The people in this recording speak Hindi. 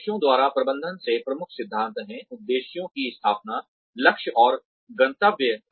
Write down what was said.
उद्देश्यों द्वारा प्रबंधन के प्रमुख सिद्धांत हैं उद्देश्यों की स्थापना लक्ष्य और गंतव्य